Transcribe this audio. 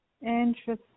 Interesting